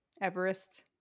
Everest